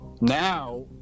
now